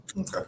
Okay